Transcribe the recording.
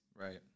Right